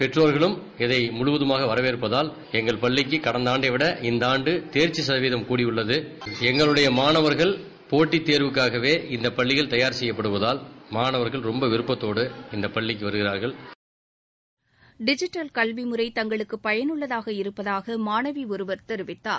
பெற்றோர்களும் இலத முழுவதமாக வரவேற்பதால் எங்கள் பள்ளிக்கு கடந்த ஆண்டவிட இந்த ஆண்டு தேர்க்கி கதவீதம் கூடியுள்ளது எங்குளடைய மாணவர்கள் போட்டித் தேர்வுக்காகவே இந்தப் பள்ளிகள் தயார் செப்யப்படுவதால் மாணவர்கள் ரொப்ப விருப்பத்தோடு இந்தப் பள்ளிக்கு வருகிறார்கள் டிஜிட்டல் கல்விமுறை தங்களுக்கு பயனுள்ளதாக இருப்பதாக மாணவி ஒருவர் தெரிவித்தனர்